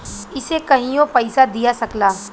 इसे कहियों पइसा दिया सकला